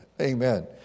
Amen